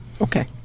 okay